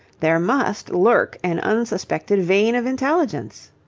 there must lurk an unsuspected vein of intelligence.